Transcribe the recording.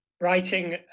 writing